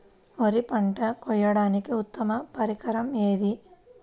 వరి పంట కోయడానికి ఉత్తమ పరికరం ఏది?